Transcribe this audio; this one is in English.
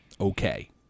okay